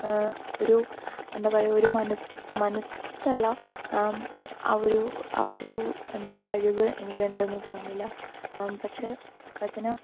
ഒരു എന്താപറയുക ഒരു മനസ്സ് മനസ്സല്ല ഒരു ഒരു എന്താ കഴിവ് എനിക്കുണ്ടെന്ന് തോന്നുന്നില്ല പക്ഷെ ഭജന